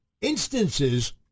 instances